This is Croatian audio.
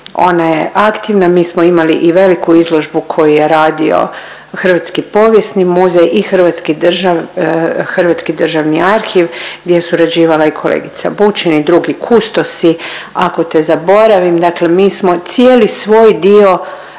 Ona je aktivna, mi smo imali i veliku izložbu koju je radio Hrvatski povijesni muzej i Hrvatski državni arhiv gdje je surađivala i kolegica Bućin i drugi kustosi „Ako te zaboravim“, dakle mi smo cijeli svoj dio jako